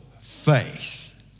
faith